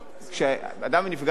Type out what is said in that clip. כשאדם נפגע מינית,